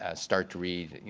ah start to read, you